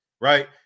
right